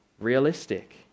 realistic